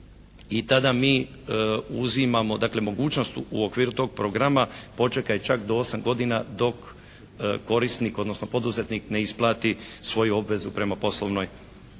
I tada mi uzimamo dakle, mogućnost u okviru tog programa, poček je čak do 8 godina, dok korisnik odnosno poduzetnik ne isplati svoju obvezu prema poslovnoj banci.